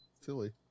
silly